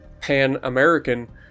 Pan-American